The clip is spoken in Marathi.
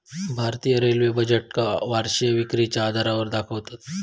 भारतीय रेल्वे बजेटका वर्षीय विक्रीच्या आधारावर दाखवतत